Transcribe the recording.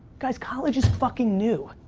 guys, college is fucking new.